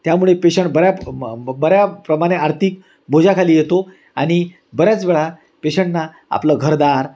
त्यामुळे पेशंट बऱ्या म ब बऱ्याप्रमाणे आर्थिक बोजाखाली येतो आणि बऱ्याच वेळा पेशंटना आपलं घरदार